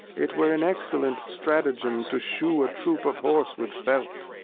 it were an excellent stratagem to shoe a troop of horse with felt,